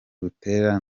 butera